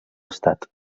estat